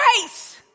grace